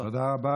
תודה רבה.